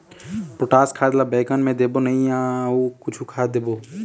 Potash खाद ला बैंगन मे देबो नई या अऊ कुछू खाद देबो?